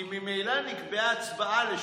כי ממילא נקבעה הצבעה ל-20:30.